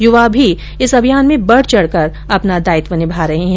युवा भी इस अभियान में बढ चढ कर अपना दायित्व निभा रहे हैं